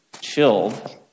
chilled